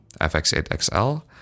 FX8XL